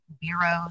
bureaus